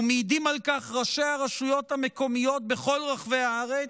ומעידים על כך ראשי הרשויות המקומיות בכל רחבי הארץ,